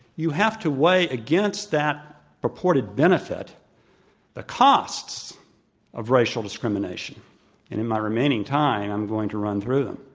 you have to weigh against that purported benefit the costs of racial discrimination. in in my remaining time, i'm going to run through them.